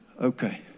Okay